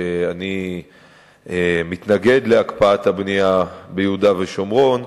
ודאי שאני מתנגד להקפאת הבנייה ביהודה ושומרון.